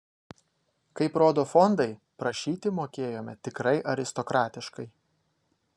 kaip rodo fondai prašyti mokėjome tikrai aristokratiškai